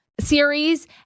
series